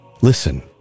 Listen